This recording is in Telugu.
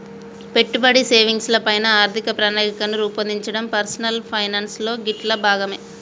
పెట్టుబడి, సేవింగ్స్ ల పైన ఆర్థిక ప్రణాళికను రూపొందించడం పర్సనల్ ఫైనాన్స్ లో గిట్లా భాగమే